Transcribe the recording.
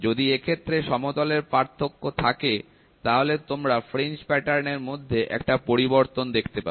যদি এক্ষেত্রে সমতলের পার্থক্য থাকে তাহলে তোমরা ফ্রিঞ্জ প্যাটার্ন এর মধ্যে একটা পরিবর্তন দেখতে পাবে